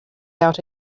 out